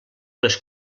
les